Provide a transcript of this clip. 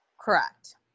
Correct